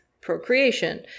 procreation